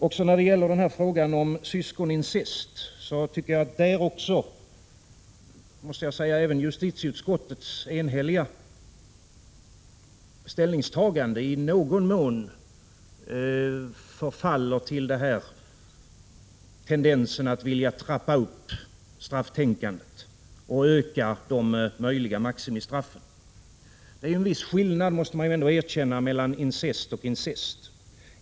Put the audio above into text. Också när det gäller frågan om syskonincest måste jag säga att justitieutskottets enhälliga ställningstagande i någon mån förfaller till den här tendensen att vilja trappa upp strafftänkandet och öka de möjliga maximistraffen. Man måste ändå erkänna att det är en viss skillnad mellan incest och incest.